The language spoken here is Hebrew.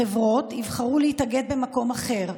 חברות יבחרו להתאגד במקום אחר.